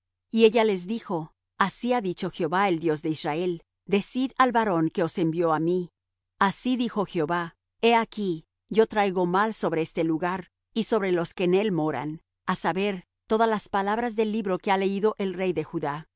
y ella les dijo así ha dicho jehová el dios de israel decid al varón que os envió á mí así dijo jehová he aquí yo traigo mal sobre este lugar y sobre los que en él moran á saber todas las palabras del libro que ha leído el rey de judá